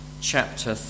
chapter